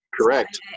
Correct